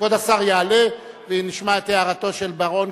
כבוד השר יעלה ונשמע את הערתו של בר-און,